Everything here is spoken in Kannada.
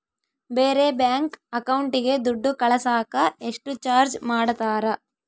ಬೇರೆ ಬ್ಯಾಂಕ್ ಅಕೌಂಟಿಗೆ ದುಡ್ಡು ಕಳಸಾಕ ಎಷ್ಟು ಚಾರ್ಜ್ ಮಾಡತಾರ?